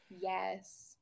Yes